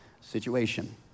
situation